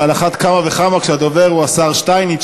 ועל אחת כמה וכמה כשהדובר הוא השר שטייניץ,